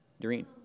Doreen